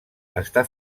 està